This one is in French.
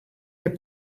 est